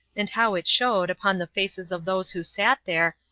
and how it showed, upon the faces of those who sat there,